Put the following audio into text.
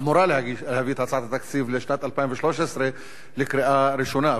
אמורה להביא את הצעת התקציב לשנת 2013 לקריאה ראשונה.